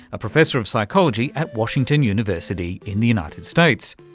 a professor of psychology at washington university in the united states.